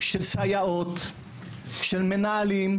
סייעות ומנהלים,